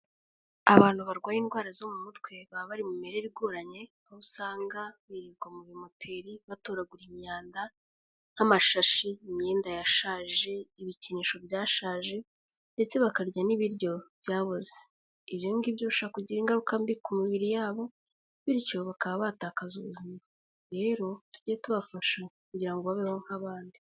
Abantu barwaye indwara zo mu mutwe baba bari mu mirere igoranye, aho usanga birirwa mu bimoteri batoragura imyanda, nk'amashashi, imyenda yashaje, ibikinisho byashaje, ndetse bakarya n'ibiryo byaboze. Ibyo ngibyo bishobora kugira ingaruka mbi ku mibiri yabo, bityo bakaba batakaza ubuzima, rero tujye tubafasha kugira ngo babeho nk'abandi.